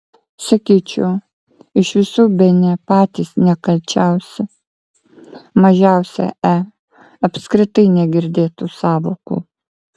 sakyčiau iš visų bene patys nekalčiausi mažiausia e apskritai negirdėtų sąvokų